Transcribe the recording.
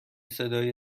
صدای